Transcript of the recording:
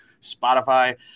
Spotify